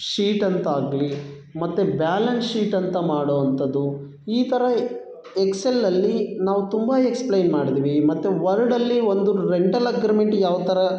sheet ಅಂತಾಗಲಿ ಮತ್ತು balance sheet ಅಂತ ಮಾಡೋ ಅಂಥದ್ದು ಈ ಥರ ಎಕ್ಸೆಲ್ನಲ್ಲಿ ನಾವು ತುಂಬ ಎಕ್ಸ್ಪ್ಲೈನ್ ಮಾಡಿದ್ವಿ ಮತ್ತು ವರ್ಡಲ್ಲಿ ಒಂದು ರೆಂಟಲ್ ಅಗ್ರಿಮೆಂಟ್ ಯಾವ ಥರ